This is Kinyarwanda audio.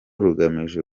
rugamije